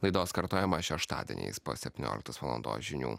laidos kartojimas šeštadieniais po septynioliktos valandos žinių